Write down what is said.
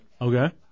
Okay